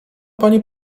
pani